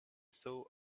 saw